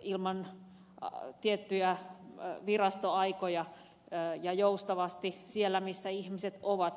ilman tiettyjä virastoaikoja ja joustavasti siellä missä ihmiset ovat